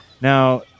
now